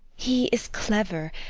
he is clever.